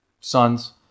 sons